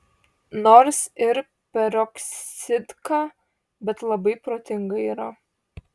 nors ir peroksidka bet labai protinga yra